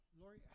Lori